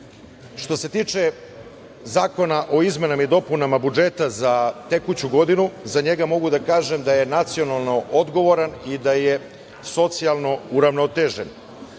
se tiče Zakona o izmenama i dopunama budžeta za tekuću godinu, za njega mogu da kažem da je nacionalno odgovoran i da je socijalno uravnotežen.